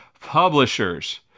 Publishers